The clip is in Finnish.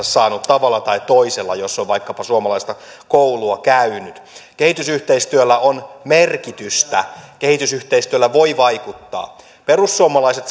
saanut tavalla tai toisella jos on vaikkapa suomalaista koulua käynyt kehitysyhteistyöllä on merkitystä kehitysyhteistyöllä voi vaikuttaa perussuomalaiset